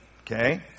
okay